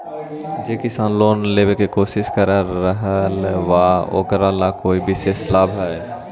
जे किसान लोन लेवे के कोशिश कर रहल बा ओकरा ला कोई विशेष लाभ हई?